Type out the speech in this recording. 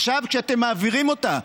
ועכשיו כשאתם מעבירים אותה,